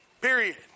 Period